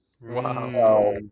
Wow